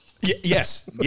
Yes